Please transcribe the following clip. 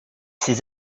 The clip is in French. ces